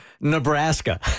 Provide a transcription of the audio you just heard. Nebraska